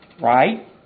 right